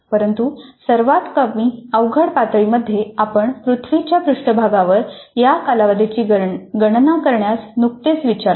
परंतु सर्वात कमी अवघड पातळीमध्ये आपण पृथ्वीच्या पृष्ठभागावर या कालावधीची गणना करण्यास नुकतेच विचारले